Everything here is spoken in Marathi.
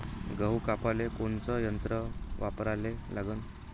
गहू कापाले कोनचं यंत्र वापराले लागन?